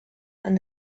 and